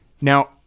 Now